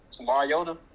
Mariota